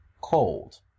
cold